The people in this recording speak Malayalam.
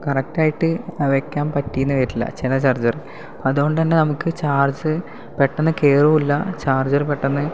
കറക്റ്റായിട്ട് വയ്ക്കാൻ പറ്റിയെന്ന് വരില്ല ചില ചാർജർ അതുകൊണ്ട് തന്നെ നമുക്ക് ചാർജ് പെട്ടെന്ന് കേറുല്ല ചാർജർ പെട്ടെന്ന്